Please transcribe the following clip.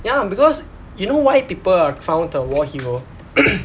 ya because you know why people are crowned the war hero